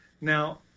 now